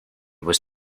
was